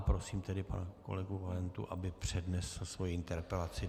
Prosím tedy pana kolegu Valentu, aby přednesl svoji interpelaci.